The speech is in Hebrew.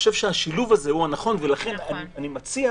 השילוב הזה הוא הנכון, ולכן אני מציע